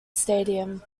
stadium